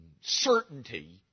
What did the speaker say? certainty